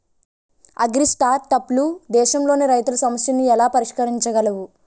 అగ్రిస్టార్టప్లు దేశంలోని రైతుల సమస్యలను ఎలా పరిష్కరించగలవు?